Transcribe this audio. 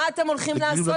מה אתם הולכים לעשות איתם?